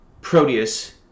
Proteus